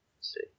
see